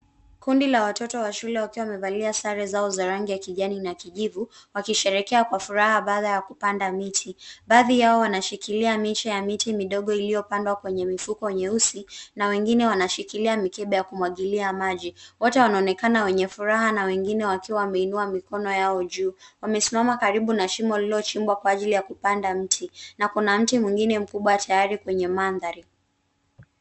Kundi la watoto wa shule wakiwa wamevalia sare zao za rangi ya kijani na kijivu wakisherehekea kwa furaha baada ya kupanda miti. Baadhi yao wanashikilia miche ya miti midogo iliyopandwa kwenye mifuko nyeusi na wengine wanashikilia mikebe ya kumwagilia maji. Wote wanaonekana wenye furaha na wengine wakiwa wameinua mikono yao juu. Wamesimama karibu na shimo lililochimbwa kwa ajili ya kupanda mti na kuna mti mwingine mkubwa tayari kwenye mandhari.